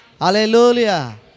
hallelujah